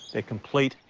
they're complete,